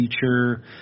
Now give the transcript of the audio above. feature